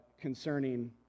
concerning